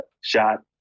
shot